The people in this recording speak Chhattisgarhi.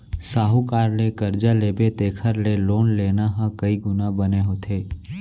साहूकार ले करजा लेबे तेखर ले लोन लेना ह कइ गुना बने होथे